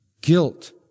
Guilt